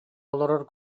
олорор